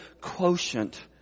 quotient